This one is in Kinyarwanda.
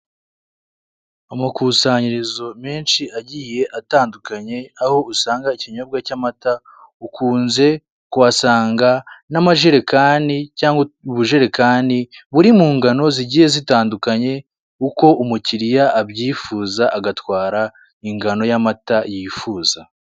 Amakusanyirizo menshi agiye atandukanye aho usanga ikinyobwa cy'amata ukunze kuhasanga n'amajerekani cyangwa ubujerekani buri mu ngano zigiye zitandukanye, uko umukiriya abyifuza agatwara ingano y'amata yifuza.